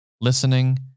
listening